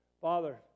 Father